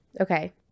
Okay